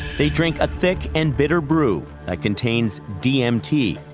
they drink a thick and bitter brew that contains dmt,